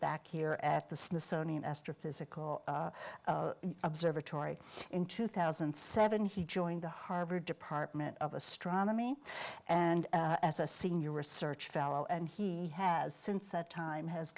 back here at the smithsonian astrophysical observatory in two thousand and seven he joined the harvard department of astronomy and as a senior research fellow and he has since that time has